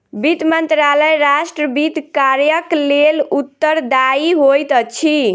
वित्त मंत्रालय राष्ट्र वित्त कार्यक लेल उत्तरदायी होइत अछि